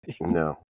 No